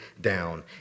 down